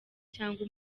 cyangwa